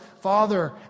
Father